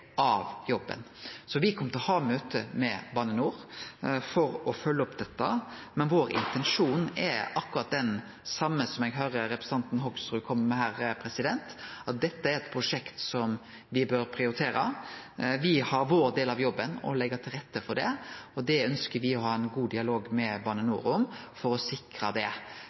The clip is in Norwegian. av jobben. Me kjem til å ha møte med Bane NOR for å følgje opp dette. Men vår intensjon er akkurat den same som eg høyrer representanten Hoksrud kjem med her, at dette er eit prosjekt som me bør prioritere. Me har vår del av jobben – å leggje til rette for det. Me ønskjer å ha ein god dialog med Bane NOR for å sikre det.